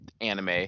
anime